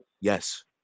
Yes